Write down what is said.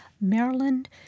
Maryland